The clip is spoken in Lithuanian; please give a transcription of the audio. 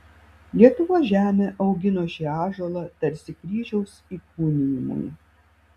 lietuvos žemė augino šį ąžuolą tarsi kryžiaus įkūnijimui